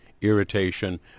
irritation